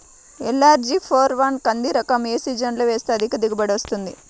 LRG four one కంది రకం ఏ సీజన్లో వేస్తె అధిక దిగుబడి వస్తుంది?